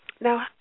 Now